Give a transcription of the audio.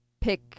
pick